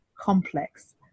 complex